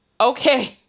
Okay